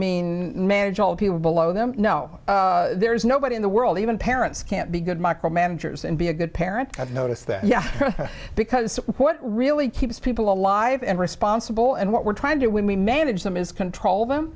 mean manage all people below them no there's nobody in the world even parents can't be good micro managers and be a good parent i've noticed that yeah because what really keeps people alive and responsible and what we're trying to do when we manage them is control them